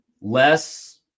less